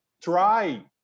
try